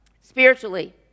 spiritually